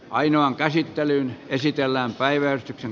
ainoan käsittelyyn esitellään päivystyksen